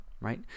right